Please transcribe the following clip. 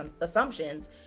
assumptions